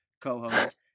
co-host